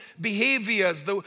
behaviors